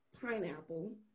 pineapple